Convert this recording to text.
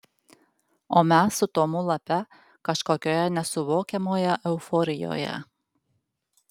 o mes su tomu lape kažkokioje nesuvokiamoje euforijoje